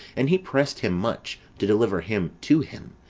and he pressed him much to deliver him to him,